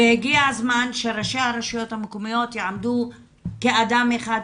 הגיע הזמן שראשי הרשויות המקומיות יעמדו כאדם אחד ויגידו: